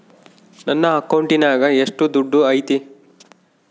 ನನ್ನ ಅಕೌಂಟಿನಾಗ ಎಷ್ಟು ದುಡ್ಡು ಐತಿ?